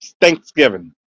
Thanksgiving